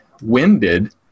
winded